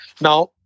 Now